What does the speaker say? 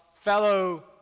fellow